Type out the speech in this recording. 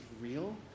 real